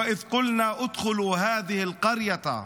(אומר דברים בשפה הערבית).